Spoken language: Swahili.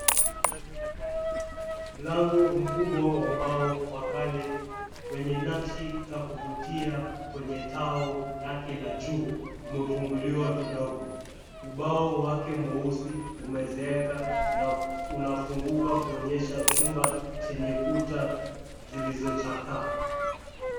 Mlango mkubwa wa mbao wa kale, wenye nakshi za kuvutia kwenye tao lake la juu, umefunguliwa kidogo. Ubao wake mweusi umezeeka na unafunguka, kuonyesha chumba chenye kuta zilizochakaa.